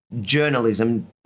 journalism